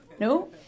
No